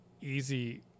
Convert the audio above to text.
easy